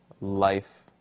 life